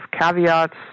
caveats